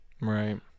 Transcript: Right